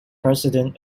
president